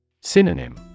Synonym